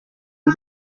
w’u